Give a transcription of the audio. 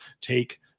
take